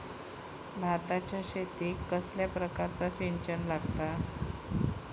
भाताच्या शेतीक कसल्या प्रकारचा सिंचन लागता?